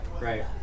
right